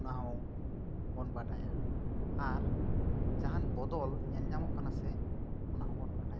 ᱚᱱᱟ ᱦᱚᱸ ᱵᱚᱱ ᱵᱟᱰᱟᱭᱟ ᱟᱨ ᱡᱟᱦᱟᱱ ᱵᱚᱫᱚᱞ ᱧᱮᱞ ᱧᱟᱢᱚᱜ ᱠᱟᱱᱟ ᱥᱮ ᱚᱱᱟ ᱦᱚᱸ ᱵᱚᱱ ᱵᱟᱰᱟᱭᱟ